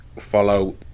follow